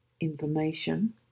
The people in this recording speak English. information